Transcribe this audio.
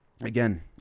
Again